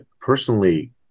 personally